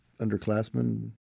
underclassmen